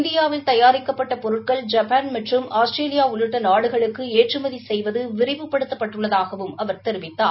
இந்தியாவில் தயாரிக்கப்பட்ட பொருட்கள் ஜப்பாள் மற்றம் ஆஸ்திரேலியா உள்ளிட்ட நாடுகளுக்கு ஏற்றுமதி செய்வது விரிவுபடுத்தப்பட்டுள்ளதாகவும் அவர் தெரிவித்தார்